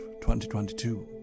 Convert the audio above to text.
2022